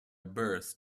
birth